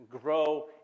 grow